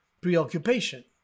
preoccupation